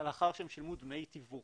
לאחר שהם שילמו דמי תיווך.